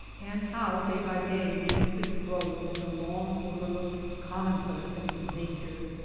and how day by day the interest grows in the long overlooked commonplace things of nature!